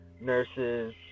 nurses